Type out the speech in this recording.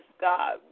God